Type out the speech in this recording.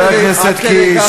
חבר הכנסת קיש,